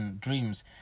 dreams